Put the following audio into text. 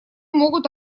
могут